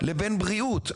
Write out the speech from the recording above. לבין בריאות,